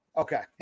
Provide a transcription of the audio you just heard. Okay